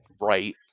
right